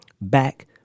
back